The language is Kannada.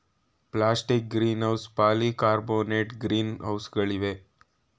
ಪ್ಲಾಸ್ಟಿಕ್ ಗ್ರೀನ್ಹೌಸ್, ಪಾಲಿ ಕಾರ್ಬೊನೇಟ್ ಗ್ರೀನ್ ಹೌಸ್ಗಳಿವೆ